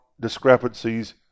discrepancies